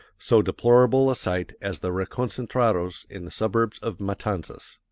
so deplorable a sight as the reconcentrados in the suburbs of matanzas.